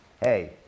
Hey